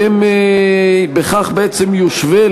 ובכך בעצם יושווה,